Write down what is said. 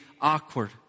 awkward